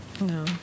No